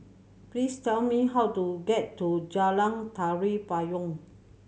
please tell me how to get to Jalan Tari Payong